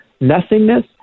nothingness